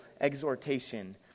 exhortation